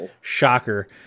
shocker